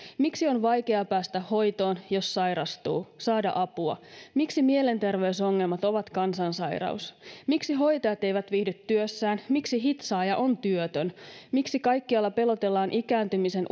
miksi on vaikea päästä hoitoon jos sairastuu saada apua miksi mielenterveysongelmat ovat kansansairaus miksi hoitajat eivät viihdy työssään miksi hitsaaja on työtön miksi kaikkialla pelotellaan ikääntymisen